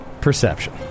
perception